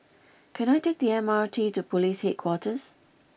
can I take the M R T to Police Headquarters